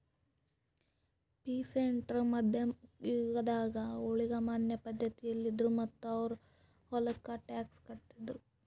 peasant ರು ಮಧ್ಯಮ್ ಯುಗದಾಗ್ ಊಳಿಗಮಾನ್ಯ ಪಧ್ಧತಿಯಲ್ಲಿದ್ರು ಮತ್ತ್ ಅವ್ರ್ ಹೊಲಕ್ಕ ಟ್ಯಾಕ್ಸ್ ಕಟ್ಟಿದ್ರು